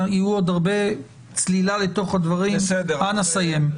תהיה עוד הרבה צלילה לתוך הדברים אנא סיים.